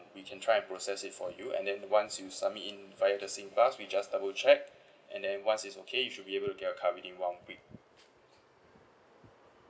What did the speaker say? we can try and process it for you and then once you submit in via the singpass we just double check and then once it's okay you should be able to get your card within one week